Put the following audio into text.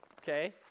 Okay